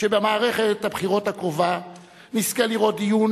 שבמערכת הבחירות הקרובה נזכה לראות דיון